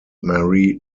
mary